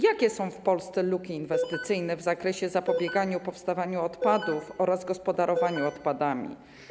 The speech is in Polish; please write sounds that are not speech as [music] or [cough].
Jakie są w Polsce luki inwestycyjne [noise] w zakresie zapobiegania powstawaniu odpadów oraz gospodarowania nimi?